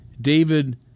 David